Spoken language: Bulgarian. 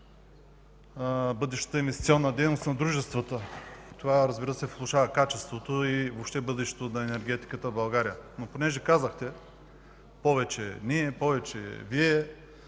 бъдещата инвестиционна дейност на дружествата. Това, разбира се, влошава качеството и въобще бъдещето на енергетиката в България, но понеже казахте: „повече ние”, „повече вие,”